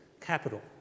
capital